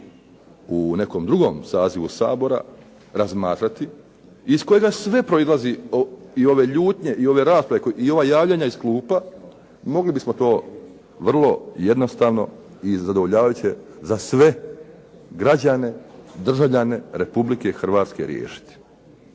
u nekom drugom sazivu Sabora razmatrati iz kojega sve proizlazi i ove ljutnje i ove rasprave i ova javljanja iz klupa mogli bismo to vrlo jednostavno, vrlo zadovoljavajuće za sve građane, državljane Republike Hrvatske riješiti.